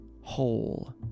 whole